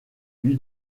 lui